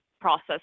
process